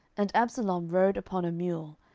and absalom rode upon a mule,